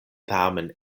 tamen